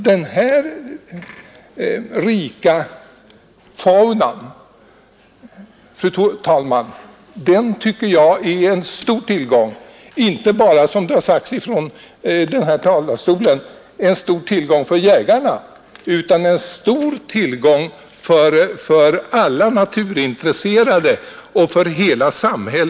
Nej, fru talman, den här rika faunan är en stor tillgång inte bara för jägarna, som det har sagts från denna talarstol, utan för alla naturintresserade och för hela vårt folk.